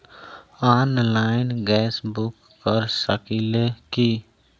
Online gas book कर सकिले की?